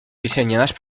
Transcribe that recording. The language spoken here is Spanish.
diseñadas